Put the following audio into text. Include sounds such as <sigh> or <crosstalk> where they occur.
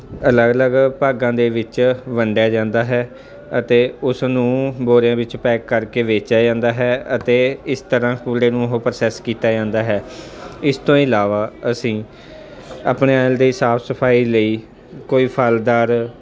ਅਲੱਗ ਅਲੱਗ ਭਾਗਾਂ ਦੇ ਵਿੱਚ ਵੰਡਿਆ ਜਾਂਦਾ ਹੈ ਅਤੇ ਉਸਨੂੰ ਬੋਰਿਆਂ ਵਿੱਚ ਪੈਕ ਕਰਕੇ ਵੇਚਿਆ ਜਾਂਦਾ ਹੈ ਅਤੇ ਇਸ ਤਰ੍ਹਾਂ ਕੂੜੇ ਨੂੰ ਉਹ ਪ੍ਰੋਸੈਸ ਕੀਤਾ ਜਾਂਦਾ ਹੈ ਇਸ ਤੋਂ ਇਲਾਵਾ ਅਸੀਂ ਆਪਣੇ <unintelligible> ਦੀ ਸਾਫ ਸਫਾਈ ਲਈ ਕੋਈ ਫਲਦਾਰ